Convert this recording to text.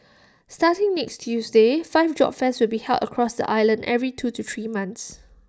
starting next Tuesday five job fairs will be held across the island every two to three months